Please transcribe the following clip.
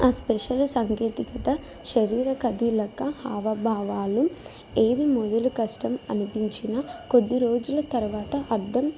ఆ స్పెషల్ సాంకేతికత శరీర కథీలిక హవభావాలు ఏది మొదలు కష్టం అనిపించినా కొద్ది రోజుల తర్వాత అర్థం